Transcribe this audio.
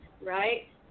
right